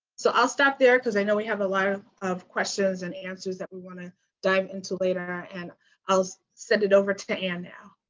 so i will stop there because i know we have a lot of of questions and answers that we want to dive into later, and i will send it over to to anne now.